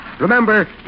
Remember